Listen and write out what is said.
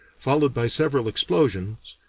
followed by several explosions,